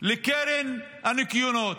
לקרן הניקיונות,